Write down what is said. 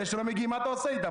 מה אתה עושה עם אלה שלא מגיעים?